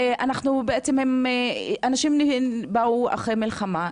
אנחנו בעצם עם אנשים שבאו אחרי מלחמה,